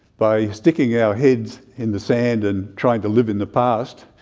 by sticking our heads in the sand and trying to live in the past,